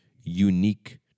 unique